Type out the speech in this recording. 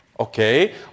Okay